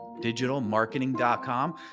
Digitalmarketing.com